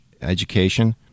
education